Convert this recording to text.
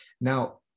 Now